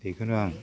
बेखौनो आं